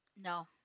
No